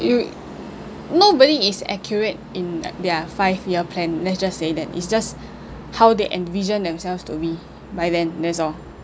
you nobody is accurate in their five year plan let's just say that it's just how they envision themselves to be by then that's all